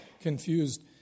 confused